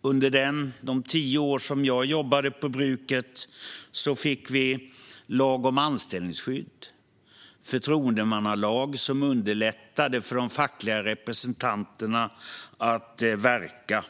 Under de tio år jag jobbade på bruket fick vi lagen om anställningsskydd och förtroendemannalagen som underlättade för de fackliga representanterna att verka.